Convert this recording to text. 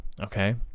okay